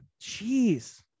Jeez